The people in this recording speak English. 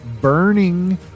burning